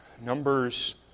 Numbers